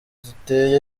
ziteye